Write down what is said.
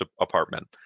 apartment